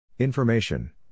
Information